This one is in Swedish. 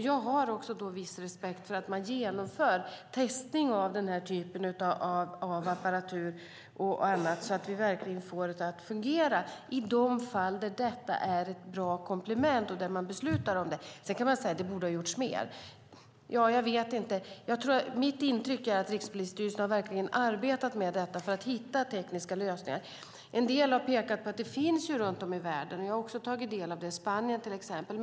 Jag har också viss respekt för att man genomför testning av denna typ av apparatur och annat så att vi verkligen får det att fungera i de fall där detta är ett bra komplement och där det beslutas om det. Sedan kan vi säga att det borde ha gjorts mer. Jag vet inte; mitt intryck är att Rikspolisstyrelsen verkligen har arbetat med att hitta tekniska lösningar. En del har pekat på att det finns runt om i världen, till exempel i Spanien. Jag har också tagit del av det.